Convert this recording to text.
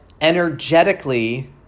energetically